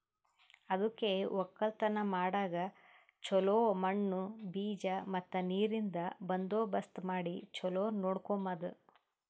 ಅದುಕೆ ಒಕ್ಕಲತನ ಮಾಡಾಗ್ ಚೊಲೋ ಮಣ್ಣು, ಬೀಜ ಮತ್ತ ನೀರಿಂದ್ ಬಂದೋಬಸ್ತ್ ಮಾಡಿ ಚೊಲೋ ನೋಡ್ಕೋಮದ್